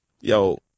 Yo